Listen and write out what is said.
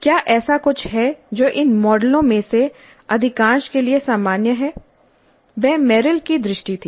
क्या ऐसा कुछ है जो इन मॉडलों में से अधिकांश के लिए सामान्य है वह मेरिल की दृष्टि थी